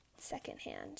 secondhand